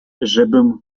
żebym